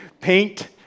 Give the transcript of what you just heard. paint